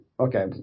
Okay